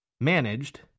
managed